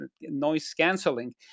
noise-canceling